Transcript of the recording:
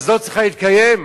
לא צריכה להתקיים?